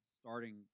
starting